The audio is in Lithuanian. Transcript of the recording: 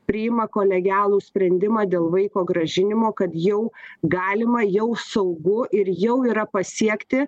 priima kolegialų sprendimą dėl vaiko grąžinimo kad jau galima jau saugu ir jau yra pasiekti